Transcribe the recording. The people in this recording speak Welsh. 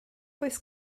oes